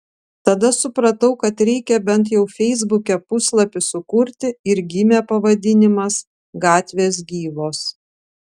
tada supratau kad reikia bent jau feisbuke puslapį sukurti ir gimė pavadinimas gatvės gyvos